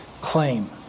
claim